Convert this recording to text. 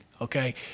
Okay